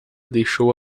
deixou